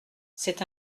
c’est